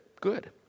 good